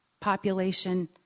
population